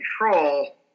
control